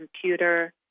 computer